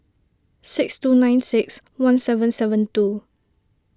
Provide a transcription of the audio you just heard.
six two nine six one seven seven two